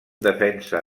defensa